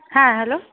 হ্যাঁ হ্যালো